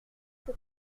que